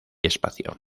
espacio